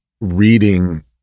reading